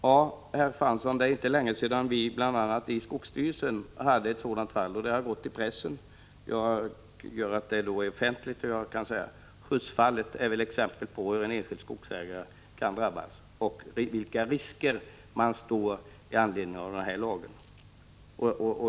Ja, det är inte länge sedan vi bl.a. i skogsstyrelsen hade ett sådant fall, och det refererades också i pressen. Därför kan det sägas vara offentligt. Där har vi ett exempel på hur en enskild skogsägare kan drabbas och vilka risker man utsätts för genom den här lagen.